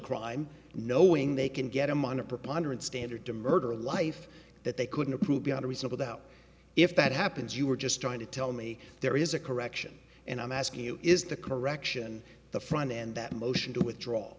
crime knowing they can get him on a preponderance standard to murder a life that they couldn't prove beyond a reasonable doubt if that happens you were just trying to tell me there is a correction and i'm asking you is the correction the front end that motion to withdraw